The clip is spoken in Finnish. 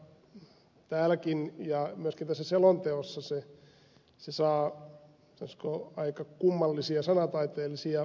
minusta täälläkin ja myöskin tässä selonteossa se saa sanoisinko aika kummallisia sanataiteellisia piirteitä